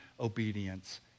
obedience